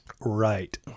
Right